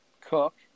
cook